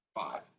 Five